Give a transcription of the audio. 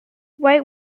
white